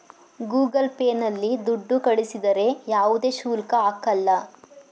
Google pay ನಲ್ಲಿ ದುಡ್ಡು ಕಳಿಸಿದರೆ ಯಾವುದೇ ಶುಲ್ಕ ಹಾಕಲ್ಲ